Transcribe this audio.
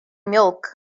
milk